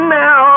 now